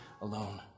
alone